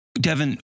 Devin